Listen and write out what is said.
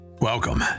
Welcome